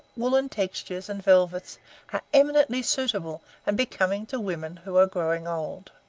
woollen textures, and velvets are eminently suitable and becoming to women who are growing old.